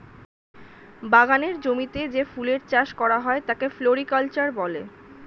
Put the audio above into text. বাগানের জমিতে যে ফুলের চাষ করা হয় তাকে ফ্লোরিকালচার বলে